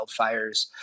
wildfires